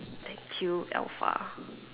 thank you alpha